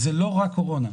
זה לא רק קורונה.